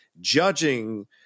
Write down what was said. judging